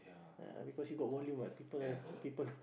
uh because you got volume what people people